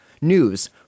news